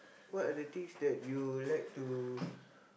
what are the things that you like to